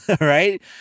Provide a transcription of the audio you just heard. right